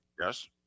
Yes